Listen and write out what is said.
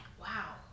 wow